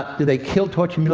do they kill, torture, and